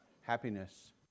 happiness